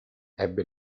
ebbe